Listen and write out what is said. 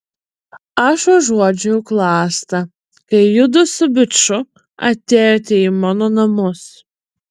aš užuodžiau klastą kai judu su biču atėjote į mano namus